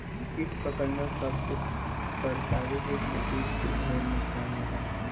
किट पतंगा सब से तरकारी के खेती के ढेर नुकसान होला